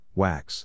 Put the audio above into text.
wax